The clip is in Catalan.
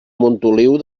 montoliu